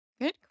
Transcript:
Good